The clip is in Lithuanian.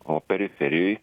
o periferijoj